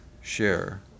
share